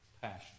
passion